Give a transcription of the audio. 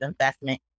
investment